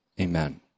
Amen